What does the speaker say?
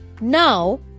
Now